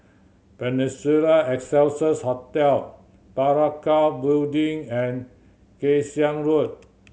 Peninsula Excelsiors Hotel Parakou Building and Kay Siang Road